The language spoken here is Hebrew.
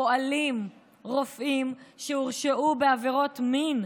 פועלים רופאים שהורשעו בעבירות מין,